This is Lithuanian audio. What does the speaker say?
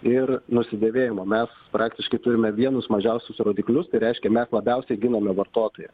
ir nusidėvėjimo mes praktiškai turime vienus mažiausius rodiklius tai reiškia mes labiausiai ginamą vartotoją